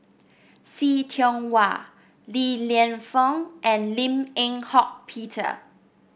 See Tiong Wah Li Lienfung and Lim Eng Hock Peter